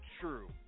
true